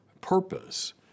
purpose